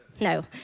No